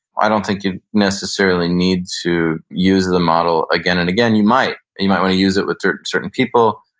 i don't think you necessarily need to use the model again and again. you might. you might want to use it with certain certain people,